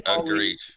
Agreed